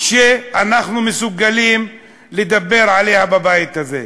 שאנחנו מסוגלים לדבר עליהן בבית הזה.